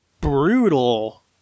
brutal